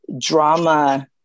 drama